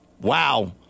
wow